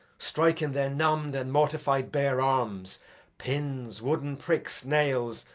strike in their numb'd and mortified bare arms pins, wooden pricks, nails,